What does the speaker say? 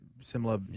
similar